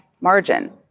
margin